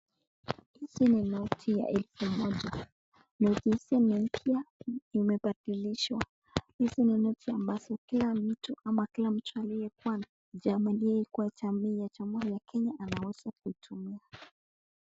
Hizi ni noti ya elfu moja. Noti hizi ni mpya, imebadilishwa. Hizi ni noti ambazo kila mtu ama kila mtu aliyekuwa kwa jamii ya jamhuri ya Kenya anaweza kuitumia.